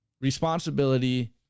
Responsibility